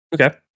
Okay